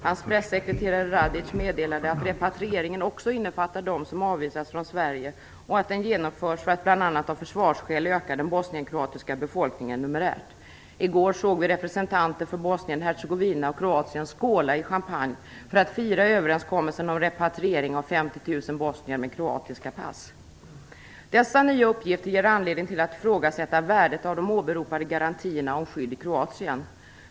Hans pressekreterare Radic meddelade att repatrieringen också innefattar dem som avvisas från Sverige och att den genomförs för att man bl.a. av försvarsskäl skall öka den bosnienkroatiska befolkningen numerärt. I går såg vi representanter för Bosnien-Hercegovina och Kroatien skåla i champagne för att fira överenskommelsen av repatrieringen av Dessa nya uppgifter ger anledning att ifrågasätta värdet av de åberopade garantierna om skydd i Kroatien.